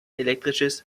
elektrisches